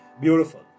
Beautiful